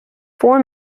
four